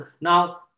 Now